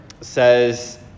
says